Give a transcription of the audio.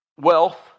wealth